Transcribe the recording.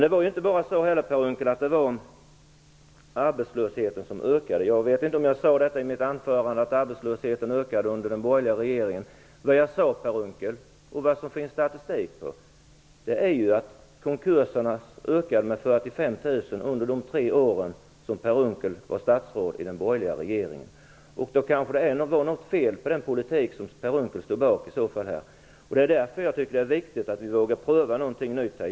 Det var inte bara arbetslösheten som ökade, Per Unckel. Jag vet inte om jag i mitt anförande sade att arbetslösheten ökade under den borgerliga regeringen. Vad jag sade, Per Unckel, och som det finns statistik på, är att konkurserna ökade med 45 000 under de år som Per Unckel var statsråd i den borgerliga regeringen. Då kanske ändå var något fel på den politik som Per Unckel stod bakom. Det är därför jag tycker det är viktigt att vi vågar pröva någonting nytt.